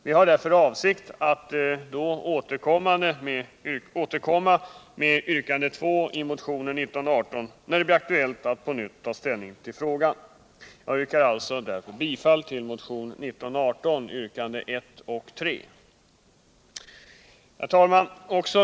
Vi har därför för avsikt att återkomma med yrkande 2 i motionen 1918, när det blir aktuellt att på nytt ta ställning till frågan. Jag yrkar därför bifall till motionen 1918, yrkandena I och 3. Herr talman!